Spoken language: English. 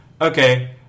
okay